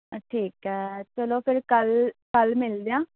ਹਾ ਠੀਕ ਹੈ ਚਲੋ ਫਿਰ ਕੱਲ੍ਹ ਕੱਲ੍ਹ ਮਿਲਦੇ ਹਾਂ